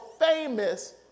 famous